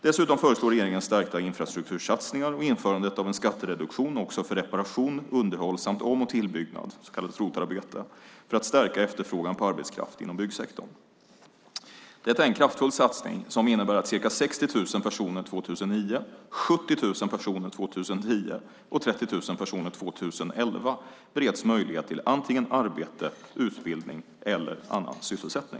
Dessutom föreslår regeringen stärkta infrastruktursatsningar och införandet av en skattereduktion också för reparation, underhåll samt om och tillbyggnad för att stärka efterfrågan på arbetskraft inom byggsektorn. Detta är en kraftfull satsning som innebär att ca 60 000 personer 2009, 70 000 personer 2010 och 30 000 personer 2011 bereds möjlighet till antingen arbete, utbildning eller annan sysselsättning.